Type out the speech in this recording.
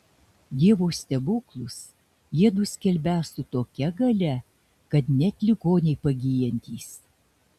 dievo stebuklus jiedu skelbią su tokia galia kad net ligoniai pagyjantys